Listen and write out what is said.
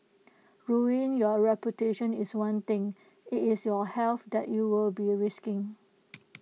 ruining your reputation is one thing IT is your health that you will be risking